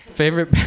Favorite